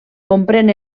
comprèn